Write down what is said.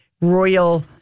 royal